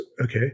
okay